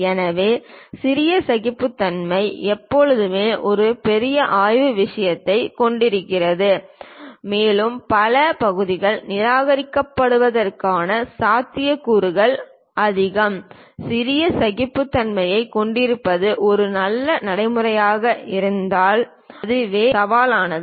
எனவே சிறிய சகிப்புத்தன்மை எப்போதுமே ஒரு பெரிய ஆய்வு விஷயத்தைக் கொண்டிருக்கிறது மேலும் பல பகுதிகள் நிராகரிக்கப்படுவதற்கான சாத்தியக்கூறுகள் அதிகம் சிறிய சகிப்புத்தன்மையைக் கொண்டிருப்பது ஒரு நல்ல நடைமுறையாக இருந்தாலும் அதுவே சவாலானது